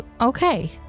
okay